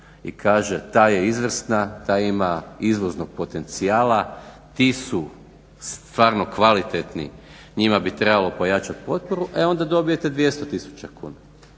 i kaže ta je izvrsna, ta ima izvoznog potencijala, ti su stvarno kvalitetni, njima bi trebalo pojačati potporu. E onda dobijete 200000 kuna.